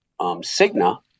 Cigna